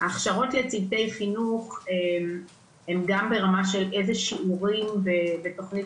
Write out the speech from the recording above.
הכשרות לצוותי חינוך הן גם ברמה של איזה שיעורים בתוכנית